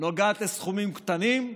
נוגעת לסכומים קטנים,